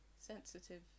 sensitive